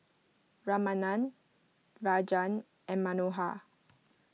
Ramanand Rajan and Manohar